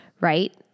right